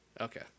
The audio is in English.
okay